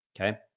Okay